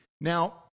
Now